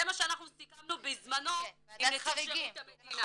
זה מה שאנחנו סיכמנו בזמנו עם נציב שירות המדינה.